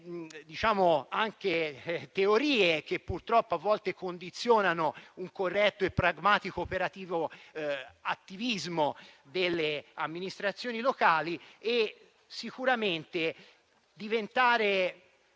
quelle teorie che, purtroppo, a volte condizionano un corretto, pragmatico e operativo attivismo delle amministrazioni locali; per diventare